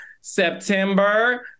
September